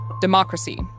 democracy